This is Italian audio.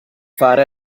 fare